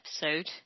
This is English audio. episode